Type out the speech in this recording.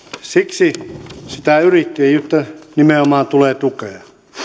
siksi sitä yrittäjyyttä nimenomaan tulee tukea